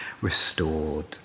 restored